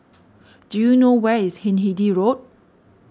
do you know where is Hindhede Road